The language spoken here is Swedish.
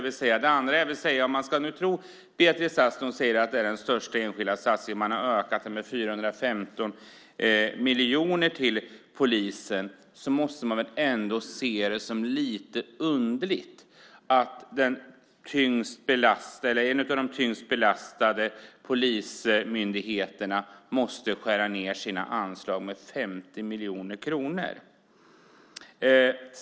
Om man ska tro Beatrice Ask när hon säger att det är den största enskilda satsningen - det är en ökning med 415 miljoner till polisen - måste man ändå tycka att det är lite underligt att en av de tyngst belastade polismyndigheterna måste skära ned sin budget med 50 miljoner kronor.